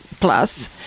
plus